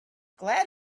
glad